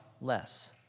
less